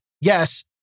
yes